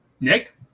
Nick